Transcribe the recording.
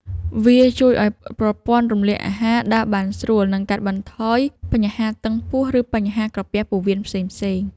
វាជួយឱ្យប្រព័ន្ធរំលាយអាហារដើរបានស្រួល និងកាត់បន្ថយបញ្ហាតឹងពោះ ឬបញ្ហាក្រពះពោះវៀនផ្សេងៗ។